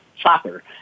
soccer